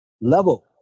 level